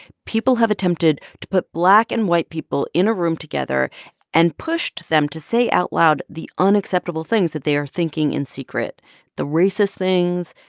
people have attempted to put black and white people in a room together and pushed them to say out loud the unacceptable things that they are thinking in secret the racist things,